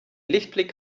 lichtblick